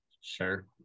Sure